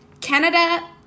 canada